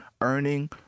earning